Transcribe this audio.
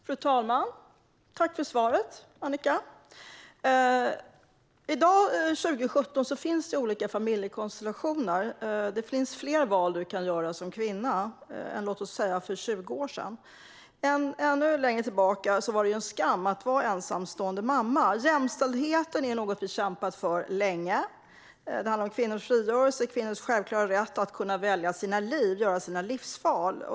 Fru talman! Tack för svaret, Annika! I dag 2017 finns det olika familjekonstellationer. Det finns flera val man kan göra som kvinna än låt oss säga för 20 år sedan. Ännu längre tillbaka var det en skam att vara ensamstående mamma. Jämställdheten är någonting som vi har kämpat för länge. Det handlar om kvinnors frigörelse och självklara rätt att kunna välja sina liv och göra sina livsval.